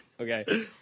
Okay